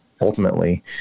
ultimately